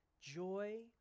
joy